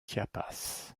chiapas